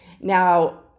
Now